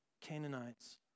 Canaanites